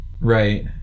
Right